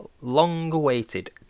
long-awaited